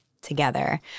together